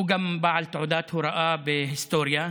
הוא גם בעל תעודת הוראה בהיסטוריה,